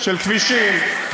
כבישים,